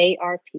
ARP